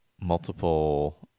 multiple